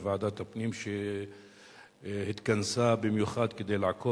בוועדת הפנים שהתכנסה במיוחד כדי לעקוב